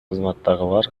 кызматтагылар